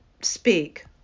speak